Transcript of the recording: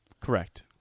Correct